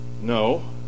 no